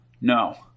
No